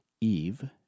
Eve